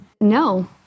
no